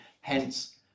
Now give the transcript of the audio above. hence